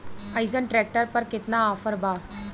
अइसन ट्रैक्टर पर केतना ऑफर बा?